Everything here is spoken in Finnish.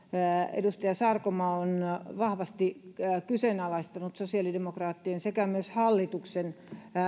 edustaja sarkomaa on vahvasti kyseenalaistanut sosiaalidemokraattien sekä myös hallituksen